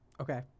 Okay